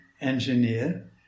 engineer